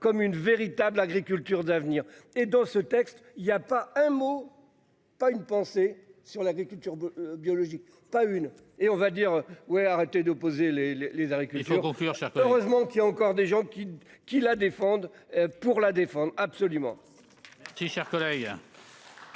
comme une véritable agriculture d'avenir et dans ce texte il y a pas un mot. Pas une pensée sur l'agriculture biologique. Pas une et on va dire ouais arrêter d'opposer les les les agriculteurs procureur ça heureusement qu'il y a encore des gens qui qui la défendent. Pour la défendre. Absolument. Si cher collègue.